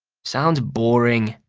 sounds boring,